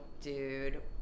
dude